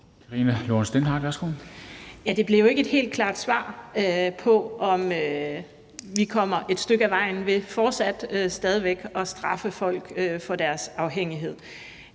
Det var jo ikke et helt klart svar på, om vi kommer et stykke ad vejen ved fortsat at straffe folk for deres afhængighed.